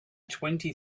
twenty